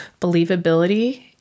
believability